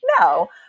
no